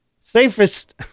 safest